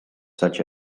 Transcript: such